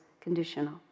conditional